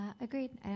Agreed